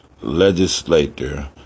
legislator